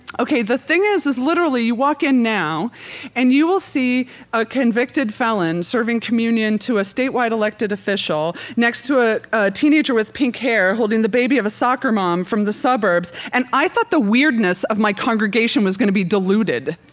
ok, the thing is, is literally you walk in now and you will see a convicted felon serving communion to a statewide elected official next to a a teenager with pink hair holding the baby of a soccer mom from the suburbs. and i thought the weirdness of my congregation was going to be diluted,